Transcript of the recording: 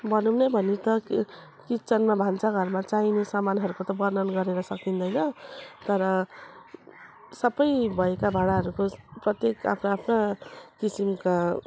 भनौँ नै भने त किचनमा भान्साघरमा चाहिने सामानहरूको त वर्णन गरेर सकिँदैन तर सबै भएका भाँडाहरूको प्रत्येक आफ्ना आफ्ना किसिमका